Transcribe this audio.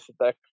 attack